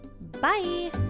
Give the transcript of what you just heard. Bye